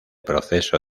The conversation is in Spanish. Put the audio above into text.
proceso